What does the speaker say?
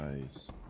Nice